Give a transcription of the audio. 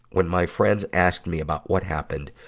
when my friends asked me about what happened,